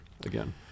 again